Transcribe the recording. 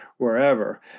wherever